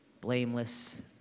blameless